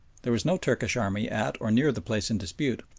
there was no turkish army at or near the place in dispute,